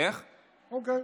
אוקיי,